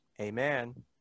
Amen